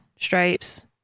Stripes